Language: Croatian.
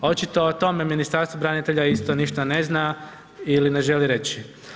Očito o tome Ministarstvo branitelja isto ništa ne zna ili ne želi reći.